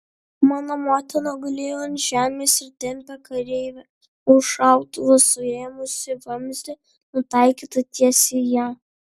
mano motina gulėjo ant žemės ir tempė kareivį už šautuvo suėmusį vamzdį nutaikytą tiesiai į ją